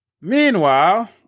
Meanwhile